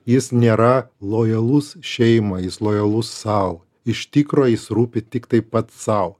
jis nėra lojalus šeimai jis lojalus sau iš tikro jis rūpi tiktai pats sau